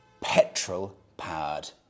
petrol-powered